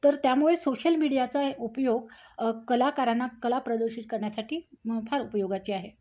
तर त्यामुळे सोशल मीडियाचा उपयोग कलाकारांना कला प्रदर्शित करण्यासाठी मग फार उपयोगाचे आहे